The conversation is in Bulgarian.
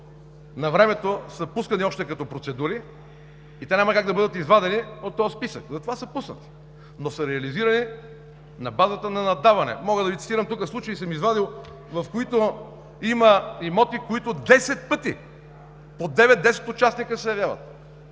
навремето са пускани още като процедури, и няма как да бъдат извадени от този списък, затова са пуснати, но са реализирани на базата на наддаване. Мога да Ви цитирам, тук случаи съм извадил, в които има имоти, които десет пъти по девет-десет участника се явяват.